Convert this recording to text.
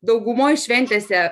daugumoj šventėse